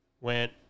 went